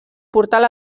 portal